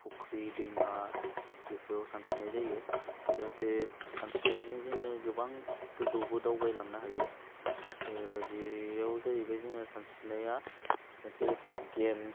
फुख्रि दैमा बेफ्राव सानस्रिनाय जायो जाहाथे सानस्रिनायजों जोङो गोबां गोजौवावबो दावबायलांनो हायो ओह बेयाव जाहैबाय जोंहा सानस्रिनाया मोनसे गेम